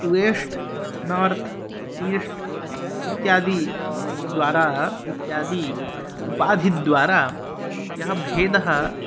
west north east इत्यादिद्वारा इत्यादि उपाधिद्वारा यः भेदः